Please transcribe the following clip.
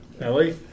Ellie